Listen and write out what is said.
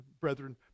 brethren